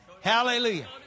Hallelujah